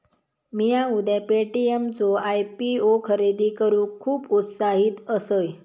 मिया उद्या पे.टी.एम चो आय.पी.ओ खरेदी करूक खुप उत्साहित असय